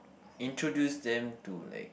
introduce them to like